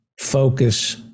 focus